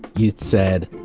you said,